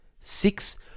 Six